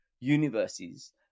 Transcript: universes